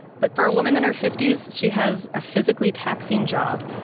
but for a woman in her fifty s, she has a physically taxing job.